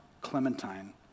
Clementine